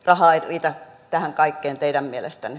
rahaa ei riitä tähän kaikkeen teidän mielestänne